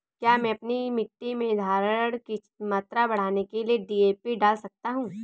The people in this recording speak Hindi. क्या मैं अपनी मिट्टी में धारण की मात्रा बढ़ाने के लिए डी.ए.पी डाल सकता हूँ?